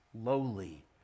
lowly